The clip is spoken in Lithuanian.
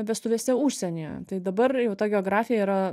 vestuvėse užsienyje tai dabar jau ta geografija yra